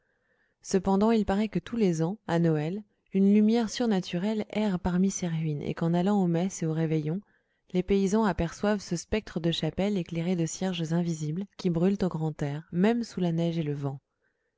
cependant il paraît que tous les ans à noël une lumière surnaturelle erre parmi ces ruines et qu'en allant aux messes et aux réveillons les paysans aperçoivent ce spectre de chapelle éclairé de cierges invisibles qui brûlent au grand air même sous la neige et le vent